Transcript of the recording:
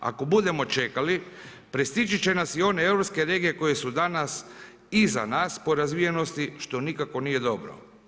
Ako budemo čekali prestići će nas i one europske regije koje su danas iza nas po razvijenosti što nikako nije dobro.